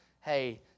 Hey